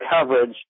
coverage